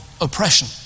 oppression